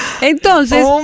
Entonces